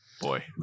Boy